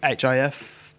HIF